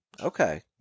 Okay